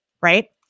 Right